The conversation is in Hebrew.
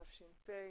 תש"ף,